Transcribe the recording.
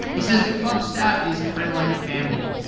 he says the club staff is kind of like a family.